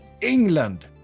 England